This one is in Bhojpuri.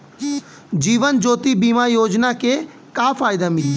जीवन ज्योति बीमा योजना के का फायदा मिली?